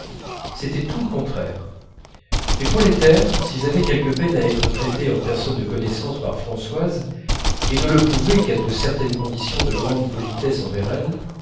c'était tout le contraire les prolétaires s'ils avaient quelque peine à être traités en personnes de connaissance par françoise et ils ne le pouvaient qu'à de certaines conditions de grande politesse envers elle